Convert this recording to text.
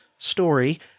Story